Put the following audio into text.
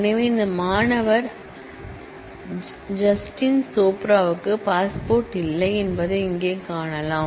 எனவே இந்த மாணவர் ஜடின் சோப்ராவுக்கு பாஸ்போர்ட் இல்லை என்பதை இங்கே காணலாம்